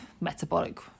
metabolic